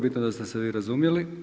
Bitno je da ste se vi razumjeli.